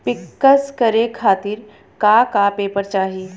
पिक्कस करे खातिर का का पेपर चाही?